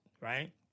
right